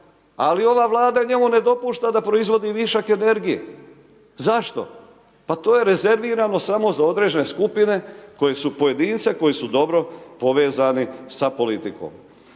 ali ova vlada njemu ne dopušta da proizvodi višak energije, zašto? Pa to je rezervirano samo za određene skupine, koje su pojedince, koji su dobro povezani sa politikom.